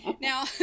Now